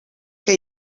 que